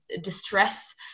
distress